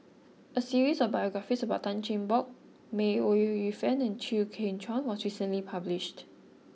a series of biographies about Tan Cheng Bock May Ooi Yu Fen and Chew Kheng Chuan was recently published